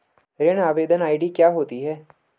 ऋण आवेदन आई.डी क्या होती है?